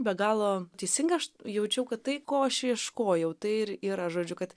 be galo teisinga aš jaučiau kad tai ko aš ieškojau tai ir yra žodžiu kad